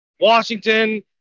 Washington